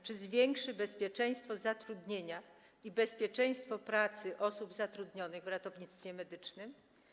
Czy zwiększy ona bezpieczeństwo zatrudnienia i bezpieczeństwo pracy osób zatrudnionych w ratownictwie medycznym?